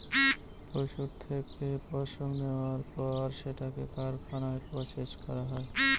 পশুর থেকে পশম নেওয়ার পর সেটাকে কারখানায় প্রসেস করা হয়